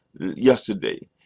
yesterday